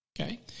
Okay